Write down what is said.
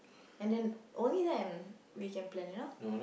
and then only then we can plan you know